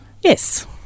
Yes